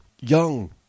young